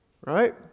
right